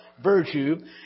virtue